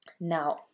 now